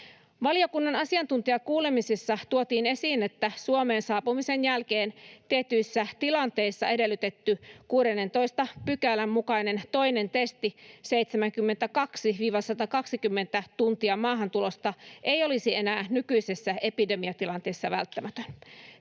Valiokunnan asiantuntijakuulemisissa tuotiin esiin, että Suomeen saapumisen jälkeen tietyissä tilanteissa edellytetty 16 §:n mukainen toinen testi 72—120 tuntia maahantulosta ei olisi enää nykyisessä epidemiatilanteessa välttämätön.